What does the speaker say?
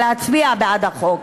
ולהצביע בעד החוק.